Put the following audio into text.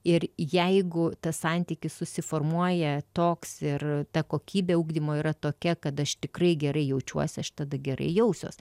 ir jeigu tas santykis susiformuoja toks ir ta kokybė ugdymo yra tokia kad aš tikrai gerai jaučiuosi aš tada gerai jausiuos